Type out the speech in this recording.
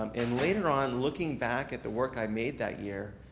um and later on, looking back at the work i made that year,